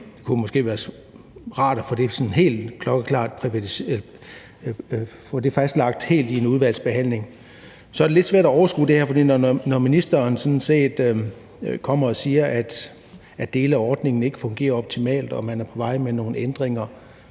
Det kunne måske være rart at få det sådan helt klokkeklart fastlagt i en udvalgsbehandling. For det er lidt svært at overskue det her. Når ministeren kommer og siger, at dele af ordningen ikke fungerer optimalt, og at man er på vej med nogle ændringer,